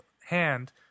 hand